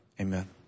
amen